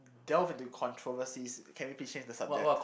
delve into controversies can we please change the subject